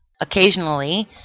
Occasionally